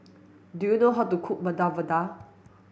do you know how to cook Medu Vada